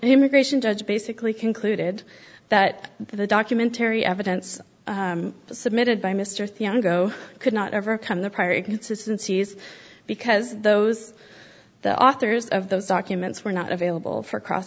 immigration judge basically concluded that the documentary evidence submitted by mr thiago could not overcome the prior consistencies because those the authors of those documents were not available for cross